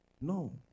No